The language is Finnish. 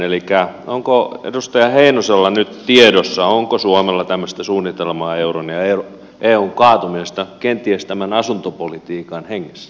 elikkä onko edustaja heinosella nyt tiedossa onko suomella tämmöistä suunnitelmaa euron ja eun kaatumisesta kenties tämän asuntopolitiikan hengessä